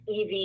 ev